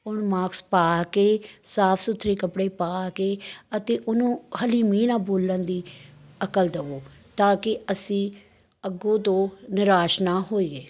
ਉਹਨੂੰ ਮਾਕਸ ਪਾ ਕੇ ਸਾਫ ਸੁਥਰੇ ਕੱਪੜੇ ਪਾ ਕੇ ਅਤੇ ਉਹਨੂੰ ਹਲੀਮੀ ਨਾਲ ਬੋਲਣ ਦੀ ਅਕਲ ਦਵੋ ਤਾਂ ਕਿ ਅਸੀਂ ਅੱਗੋਂ ਤੋਂ ਨਿਰਾਸ਼ ਨਾ ਹੋਈਏ